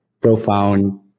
profound